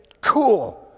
Cool